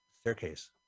Staircase